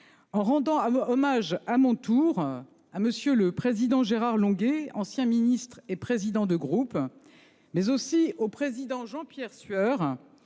en rendant hommage à mon tour à M. le sénateur Gérard Longuet, ancien ministre et président de groupe, mais aussi à M. le sénateur Jean-Pierre Sueur,